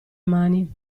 mani